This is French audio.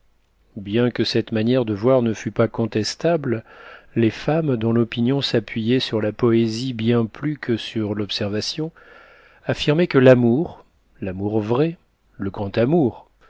bien que cette manière de voir ne fût pas contestable les femmes dont l'opinion s'appuyait sur la poésie bien plus que sur l'observation affirmaient que l'amour l'amour vrai le grand amour